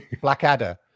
Blackadder